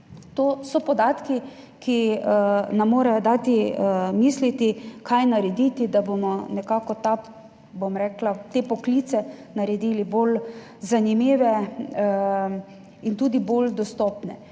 To so podatki, ki nam morajo dati misliti, kaj narediti, da bomo nekako te poklice naredili bolj zanimive in tudi bolj dostopne.